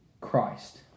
Christ